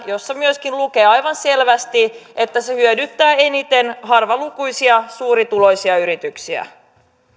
jossa myöskin lukee aivan selvästi että se hyödyttää eniten harvalukuisia suurituloisia yrityksiä